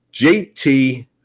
JT